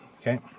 Okay